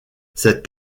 cet